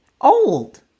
Old